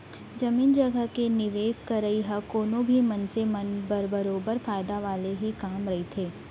जमीन जघा के निवेस करई ह कोनो भी मनसे बर बरोबर फायदा वाले ही काम रहिथे